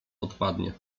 odpadnie